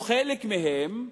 או חלק מהם,